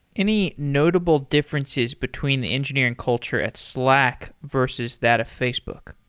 any notable differences between the engineering culture at slack versus that of facebook?